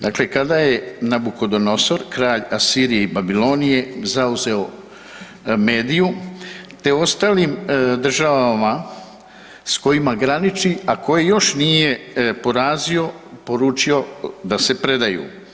Dakle, kada je Nabukodonosor, kralj Asirije i Babilonije zauzeo Mediju, te ostalim državama s kojima graniči a koje još nije porazio, poručio da se predaju.